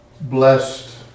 Blessed